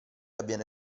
avviene